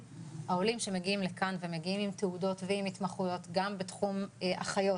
שמגיעים לכאן ומגיעים עם תעודות ועם התמחויות גם בתחום החיות